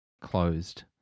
closed